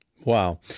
Wow